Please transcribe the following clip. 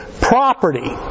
property